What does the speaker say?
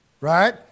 right